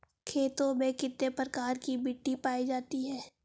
खेतों में कितने प्रकार की मिटी पायी जाती हैं?